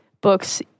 books